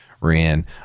ran